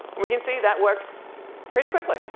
we can see that works pretty quickly.